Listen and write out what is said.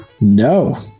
No